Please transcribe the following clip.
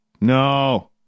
No